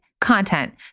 content